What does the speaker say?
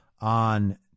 on